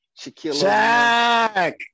Shaquille